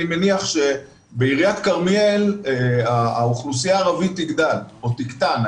אני מניח שבעיריית כרמיאל האוכלוסייה הערבית תגדל או תקטן,